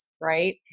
right